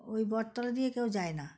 ওই বটতলা দিয়ে কেউ যায় না